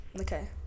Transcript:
Okay